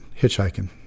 hitchhiking